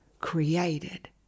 created